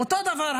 אותו דבר,